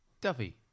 Duffy